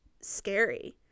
scary